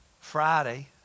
Friday